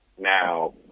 now